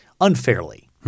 unfairly